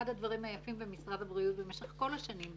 אחד הדברים היפים במשרד הבריאות במשך כל השנים,